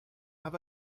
have